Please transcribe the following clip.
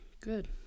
good